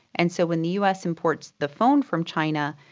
and so when the us imports the phone from china,